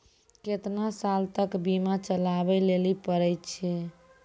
केतना साल तक बीमा चलाबै लेली पड़ै छै?